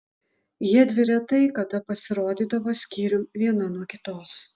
jiedvi retai kada pasirodydavo skyrium viena nuo kitos